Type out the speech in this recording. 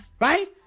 Right